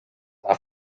are